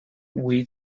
when